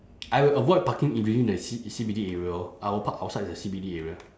I will avoid parking within the C C_B_D area orh I will park outside the C_B_D area